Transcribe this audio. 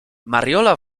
mariola